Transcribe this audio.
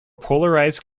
polarized